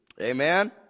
Amen